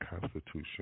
Constitution